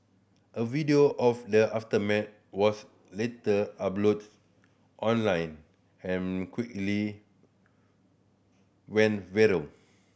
a video of the aftermath was later uploaded online and quickly went viral